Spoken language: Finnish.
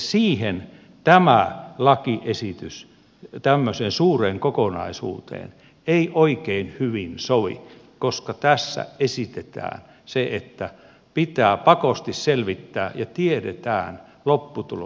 siihen tämä lakiesitys tämmöiseen suureen kokonaisuuteen ei oikein hyvin sovi koska tässä esitetään se että pitää pakosti selvittää ja tiedetään lopputulos